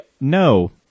no